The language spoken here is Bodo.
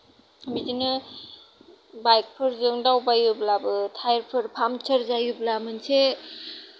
बिदिनो बाइकफोरजों दावबायोब्लाबो टायारफोर फामसार जायोब्ला मोनसे